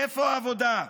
איפה העבודה?